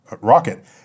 rocket